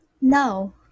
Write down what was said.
No